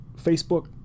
Facebook